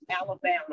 Alabama